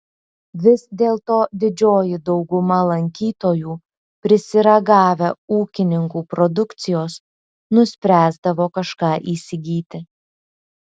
vis dėlto didžioji dauguma lankytojų prisiragavę ūkininkų produkcijos nuspręsdavo kažką įsigyti